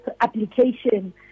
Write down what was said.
application